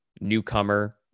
newcomer